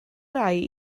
rai